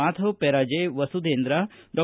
ಮಾಧವ ಪೆರಾಜೆ ಮಸುಧೇಂದ್ರ ಡಾ